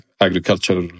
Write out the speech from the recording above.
agriculture